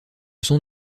sont